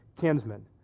kinsmen